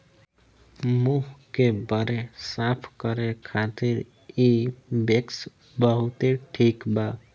मुंह के बरे साफ करे खातिर इ वैक्स बहुते ठिक बा